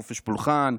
חופש פולחן.